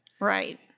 Right